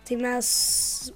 tai mes